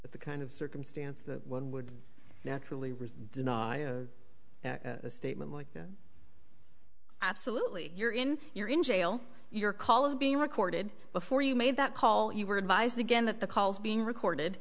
t the kind of circumstance that one would naturally deny a statement like yeah absolutely you're in you're in jail your call is being recorded before you made that call you were advised again that the calls being recorded